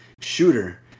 shooter